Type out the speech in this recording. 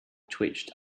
twitched